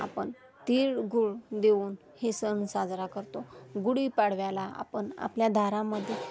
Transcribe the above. आपण तीळ गुळ देऊन हे सण साजरा करतो गुढीपाडव्याला आपण आपल्या दारा मध्ये